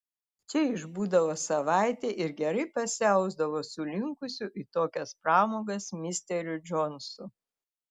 čia išbūdavo savaitę ir gerai pasiausdavo su linkusiu į tokias pramogas misteriu džonsu